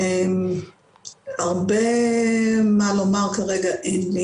אין הרבה מה לומר כרגע.